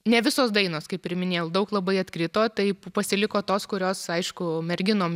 ne visos dainos kaip ir minėjau daug labai atkrito tai pasiliko tos kurios aišku merginom